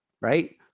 right